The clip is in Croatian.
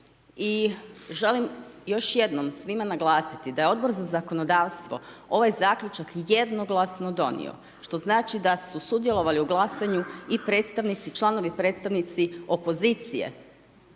i želim još jednom svima naglasiti da je Odbor za zakonodavstvo ovaj zaključak jednoglasno donio, što znači da su sudjelovali u glasanju i predstavnici, članovi predstavnici opozicije.